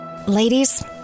Ladies